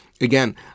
Again